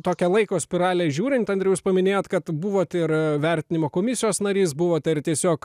tokią laiko spiralę žiūrint andriau jūs paminėjot kad buvot ir vertinimo komisijos narys buvot ir tiesiog